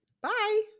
bye